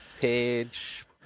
Page